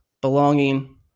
belonging